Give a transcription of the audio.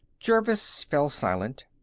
jervis fell silent.